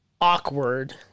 awkward